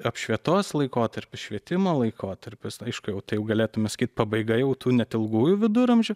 apšvietos laikotarpis švietimo laikotarpis aišku jau tai jau galėtume sakyt pabaiga jau tų net ilgųjų viduramžių